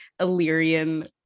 Illyrian